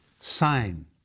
sign